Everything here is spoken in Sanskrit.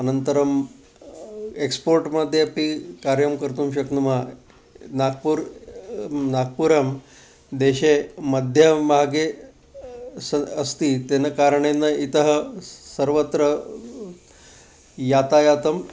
अनन्तरम् एक्स्पोर्ट्मध्ये अपि कार्यं कर्तुं शक्नुमः नागपुरं नागपुरदेशे मध्यमभागे स अस्ति तेन कारणेन इतः स् सर्वत्र यातायातम्